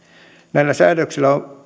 näillä säädöksillä on